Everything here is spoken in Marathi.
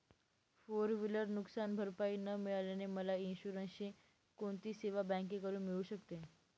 फोर व्हिलर नुकसानभरपाई न मिळाल्याने मला इन्शुरन्सची कोणती सेवा बँकेकडून मिळू शकते?